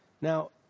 Now